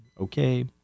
Okay